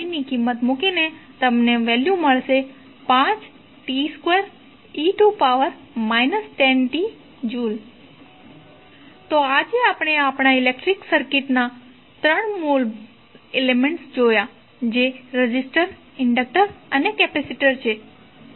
1100t2e 10t5t2e 10tJ તો આજે આપણે આપણા ઇલેક્ટ્રિકલ સર્કિટના 3 મૂળ એલિમેન્ટ્સ જોયા જે રેઝિસ્ટર ઇન્ડક્ટર અને કેપેસિટર છે